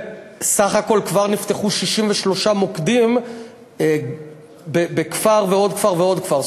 סך הכול כבר נפתחו 63 מוקדים בכפר ועוד כפר ועוד כפר.